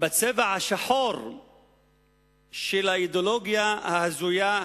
בצבע השחור של האידיאולוגיה ההזויה,